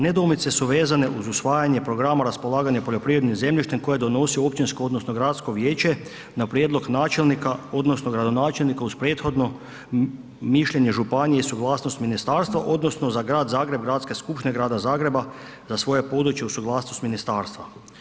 Nedoumice su vezane uz usvajanje programa raspolaganja poljoprivrednim zemljištem koje donosio općinsko odnosno gradsko vijeće na prijedlog načelnika odnosno gradonačelnika uz prethodno mišljenje županije i suglasnost ministarstva odnosno za grad Zagreb Gradska skupština grada Zagreb za svoje područje uz suglasnost ministarstva.